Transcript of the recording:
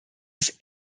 des